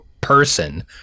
person